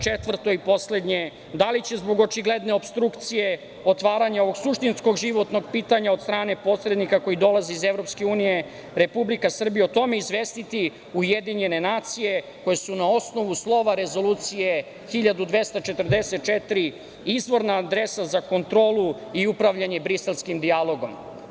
Četvrto i poslednje, da li će zbog očigledne opstrukcije otvaranja ovog suštinskog životnog pitanja od strane posrednika koji dolaze iz EU Republika Srbija o tome izvestiti UN koje su na osnovu slova Rezolucije 1244 izvorna adresa za kontrolu i upravljanje Briselskim dijalogom?